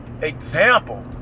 example